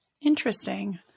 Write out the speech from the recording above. Interesting